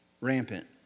rampant